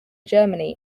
germany